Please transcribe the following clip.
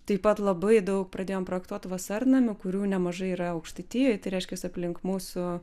taip pat labai daug pradėjom projektuot vasarnamių kurių nemažai yra aukštaitijoj tai reiškias aplink mūsų